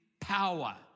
power